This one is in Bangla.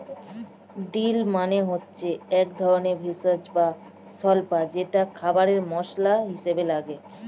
ডিল মানে হচ্ছে একধরনের ভেষজ বা স্বল্পা যেটা খাবারে মসলা হিসেবে লাগে